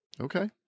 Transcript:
Okay